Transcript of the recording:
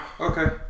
Okay